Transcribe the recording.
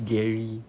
gary